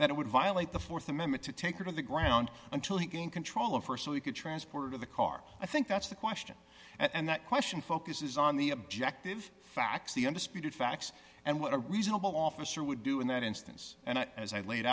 that it would violate the th amendment to take her to the ground until he gained control of her so he could transport of the car i think that's the question and that question focuses on the objective facts the undisputed facts and what a reasonable officer would do in that instance and as i laid